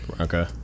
Okay